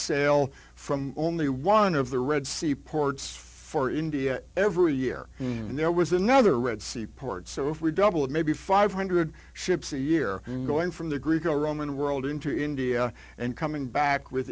sail from only one of the red sea ports for india every year there was another red sea port so if we doubled maybe five hundred dollars ships a year and going from the graeco roman world into india and coming back with